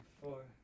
four